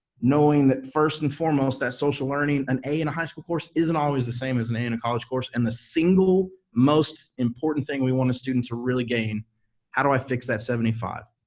knowing that first and foremost, that social learning an a in a high school course isn't always the same as an a in a college course, and the single most important thing we want a student to really gain how do i fix that seventy five?